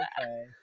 okay